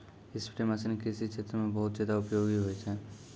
spray machine कृषि क्षेत्र म बहुत जादा उपयोगी होय छै